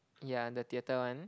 yeah the theatre one